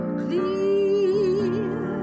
clear